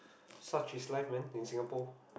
such is life man in Singapore